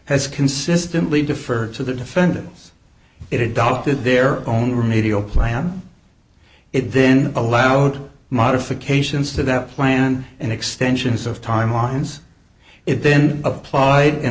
has consistently deferred to the defendants it adopted their own remedial plan it then allowed modifications to that plan and extensions of timelines it then applied